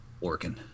Working